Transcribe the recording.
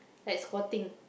like squatting